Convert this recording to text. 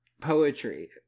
poetry